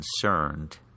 concerned